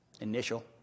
initial